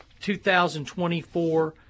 2024